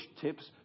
tips